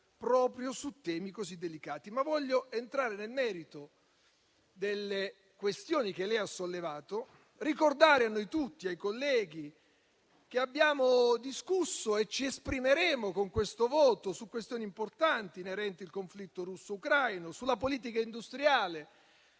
proprio su temi così delicati. Ma voglio entrare nel merito delle questioni che lei ha sollevato e ricordare a noi tutti, ai colleghi, che abbiamo discusso e che ci esprimeremo, con questo voto, su questioni importanti inerenti al conflitto russo-ucraino, sulla politica industriale,